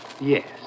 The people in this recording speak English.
Yes